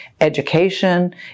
education